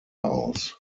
aus